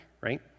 right